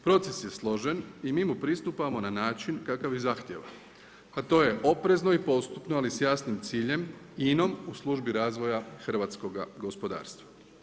Proces je složen i mi mu pristupamo na način kakav je zahtjevan, a to je oprezno i postupno, ali s jasnim ciljem, INA-om u službi razvoja hrvatskoga gospodarstva.